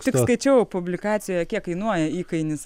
tik skaičiau publikaciją kiek kainuoja įkainis